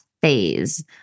phase